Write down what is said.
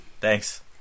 Thanks